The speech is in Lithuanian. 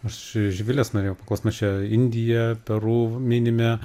aš živilės norėjau paklaust mes čia indija peru minime